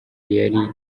yari